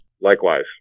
Likewise